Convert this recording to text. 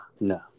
no